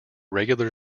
regular